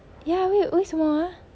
ya 为为什么 ah